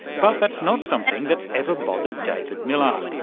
but that's not something that's ever bothered david milarch,